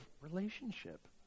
relationship